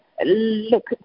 look